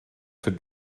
für